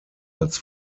als